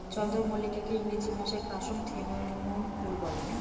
চন্দ্রমল্লিকাকে ইংরেজি ভাষায় ক্র্যাসনথেমুম ফুল বলে